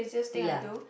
ya